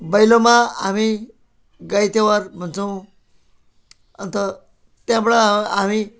भैलोमा हामी गाई त्यौहार भन्छौँ अन्त त्यहाँबाट हामी